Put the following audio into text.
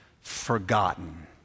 forgotten